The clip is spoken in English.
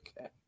Okay